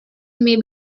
may